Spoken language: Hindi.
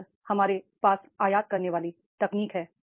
अब हमारे पास आयात करने वाली तकनीक है